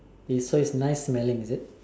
is so is nice smelling is it